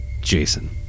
Jason